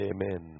Amen